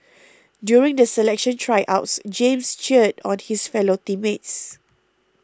during the selection Tryouts James cheered on his fellow team mates